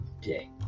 day